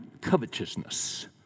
covetousness